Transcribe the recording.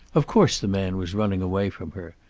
of course the man was running away from her.